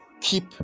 keep